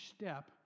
step